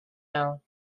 know